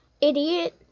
Idiot